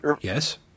Yes